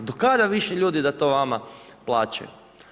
Do kada više ljudi da to vama plaćaju?